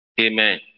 Amen